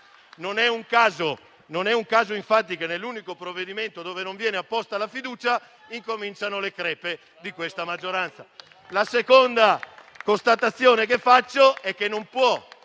Non è un caso, infatti, che sull'unico provvedimento dove non viene posta la fiducia si evidenzino le crepe di questa maggioranza. La seconda constatazione è che non può